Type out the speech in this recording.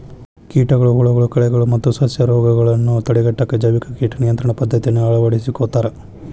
ಕೇಟಗಳು, ಹುಳಗಳು, ಕಳೆಗಳು ಮತ್ತ ಸಸ್ಯರೋಗಗಳನ್ನ ತಡೆಗಟ್ಟಾಕ ಜೈವಿಕ ಕೇಟ ನಿಯಂತ್ರಣ ಪದ್ದತಿಯನ್ನ ಅಳವಡಿಸ್ಕೊತಾರ